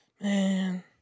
man